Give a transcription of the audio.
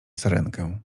sarenkę